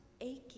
aching